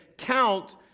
Count